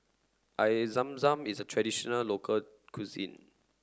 Air Zam Zam is a traditional local cuisine